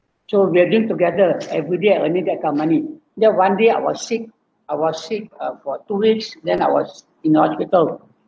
so we are deal together everyday I need to count money then one day I was sick I was sick uh for two weeks then I was in hospital